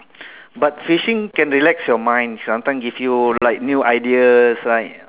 but fishing can relax your mind sometime give you like new ideas like